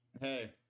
Hey